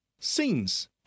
scenes